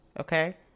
okay